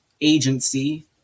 agency